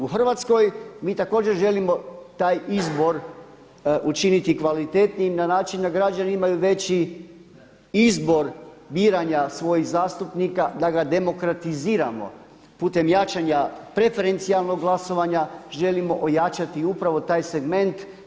U Hrvatskoj, mi također želimo taj izbor učiniti kvalitetnijim na način da građani imaju veći izbor biranja svojih zastupnika, da ga demokratiziramo putem jačanja preferencijalnog glasovanja želimo ojačati upravo taj segment.